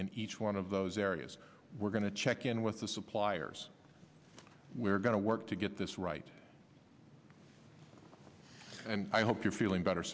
in each one of those areas we're going to check in with the suppliers we're going to work to get this right and i hope you're feeling better